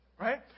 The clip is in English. right